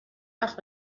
وقت